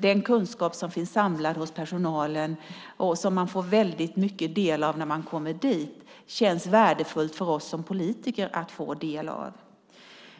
Den kunskap som finns samlad hos personalen, som man får väldigt mycket del av när man kommer dit, känns värdefull att ta del av för oss som politiker.